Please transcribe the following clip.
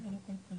נעבור לויקטור